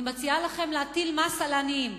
אני מציעה לכם להטיל מס על העניים.